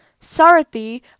Sarathi